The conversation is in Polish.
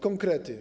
Konkrety.